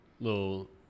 little